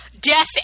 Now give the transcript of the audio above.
death